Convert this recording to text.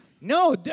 No